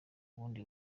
bundi